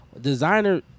Designer